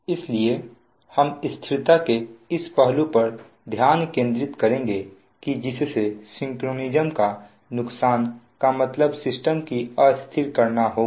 इसलिए हम स्थिरता के इस पहलू पर ध्यान केंद्रित करेंगे कि जिससे सिंक्रोनिज्म का नुकसान का मतलब सिस्टम को अस्थिर करना होगा